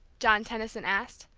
john tension asked,